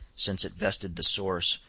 since it vested the source,